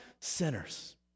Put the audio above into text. sinners